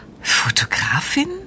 Fotografin